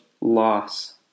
loss